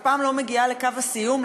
אף פעם לא מגיעה לקו הסיום.